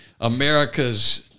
America's